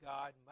God